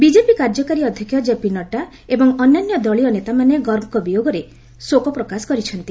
BJP କାର୍ଯ୍ୟକାରୀ ଅଧ୍ୟକ୍ଷ ଜେପି ନଡ୍ରା ଏବଂ ଅନ୍ୟାନ୍ୟ ଦଳୀୟ ନେତାମାନେ ଗର୍ଗଙ୍କ ବିୟୋଗରେ ଶୋକ ପ୍ରକାଶ କରିଛନ୍ତି